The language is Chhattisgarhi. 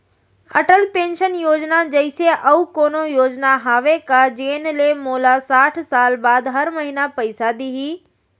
अटल पेंशन योजना जइसे अऊ कोनो योजना हावे का जेन ले मोला साठ साल बाद हर महीना पइसा दिही?